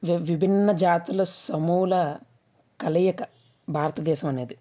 విభిన్న జాతుల సమూహ కలయిక భారతదేశం అనేది